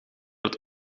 het